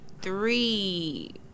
three